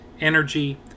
energy